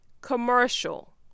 Commercial